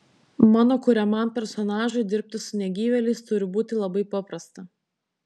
mano kuriamam personažui dirbti su negyvėliais turi būti labai paprasta